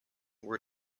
were